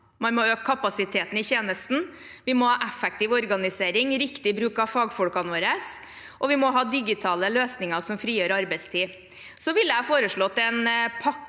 Man må øke kapasiteten i tjenesten. Vi må ha effektiv organisering, riktig bruk av fagfolkene våre og digitale løsninger som frigjør arbeidstid. Så ville jeg foreslått en pakke